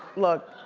look.